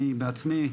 אני בעצמי,